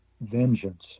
vengeance